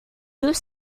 deux